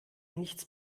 nichts